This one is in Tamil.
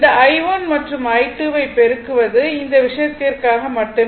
இந்த i1 மற்றும் i2 ஐ பெருக்குவது இந்த விஷயத்திற்காக மட்டுமே